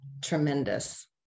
tremendous